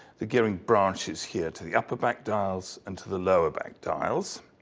the gearing branch is here to the upper-back dials and to the lower-back dials.